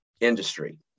industry